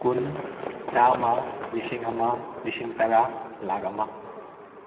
ꯀꯨꯟ ꯆꯥꯝꯃ ꯂꯤꯁꯤꯡ ꯑꯃ ꯂꯤꯁꯤꯡ ꯇꯔꯥ ꯂꯥꯈ ꯑꯃ